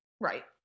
Right